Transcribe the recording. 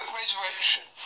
resurrection